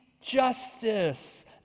justice